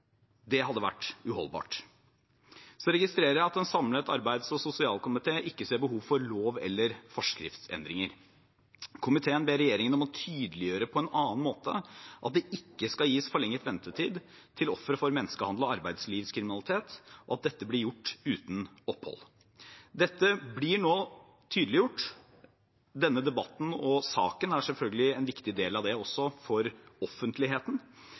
hadde vært uholdbar. Jeg registrerer at en samlet arbeids- og sosialkomité ikke ser behov for lov- eller forskriftsendringer. Komiteen ber regjeringen om å tydeliggjøre på annen måte at det ikke skal gis forlenget ventetid til ofre for menneskehandel og arbeidslivkriminalitet, og at dette blir gjort uten opphold. Dette blir nå tydeliggjort. Denne debatten og saken er selvfølgelig viktig også for offentligheten, men vi vil også